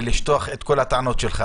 ולשטוח את כל הטענות שלך.